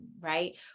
right